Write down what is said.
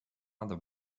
other